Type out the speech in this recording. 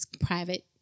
private